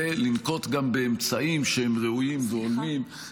ולנקוט גם אמצעים שהם ראויים והולמים,